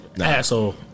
Asshole